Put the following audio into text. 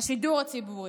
השידור הציבורי,